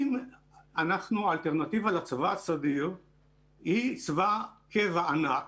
אם האלטרנטיבה לצבא הסדיר היא צבא קבע ענק,